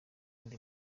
inda